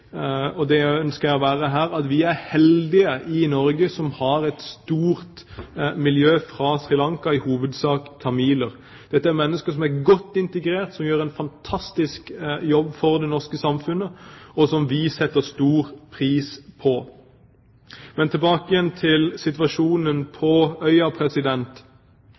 og det ønsker jeg å være her – at vi er heldige i Norge som har et stort miljø fra Sri Lanka, i hovedsak tamiler. Dette er mennesker som er godt integrerte, som gjør en fantastisk jobb for det norske samfunnet, og som vi setter stor pris på. Men tilbake til situasjonen på øya: